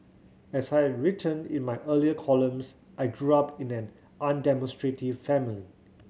as I written in my earlier columns I grew up in an undemonstrative family